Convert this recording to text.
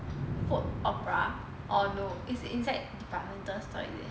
food opera or no is inside departmental store is it